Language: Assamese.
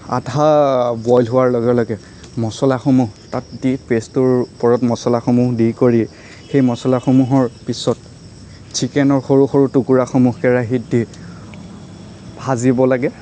আধা বইল হোৱাৰ লগে লগে মচলাসমূহ তাত দি পেষ্টটোৰ ওপৰত মচলাসমূহ দি কৰি সেই মচলাসমূহৰ পিছত চিকেনৰ সৰু সৰু টুকুৰাসমূহ কেৰাহীত দি ভাজিব লাগে